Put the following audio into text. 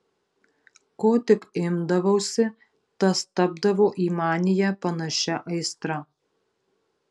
ko tik imdavausi tas tapdavo į maniją panašia aistra